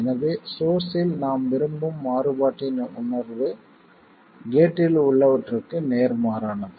எனவே சோர்ஸ்ஸில் நாம் விரும்பும் மாறுபாட்டின் உணர்வு கேட்டில் உள்ளவற்றுக்கு நேர்மாறானது